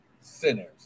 sinners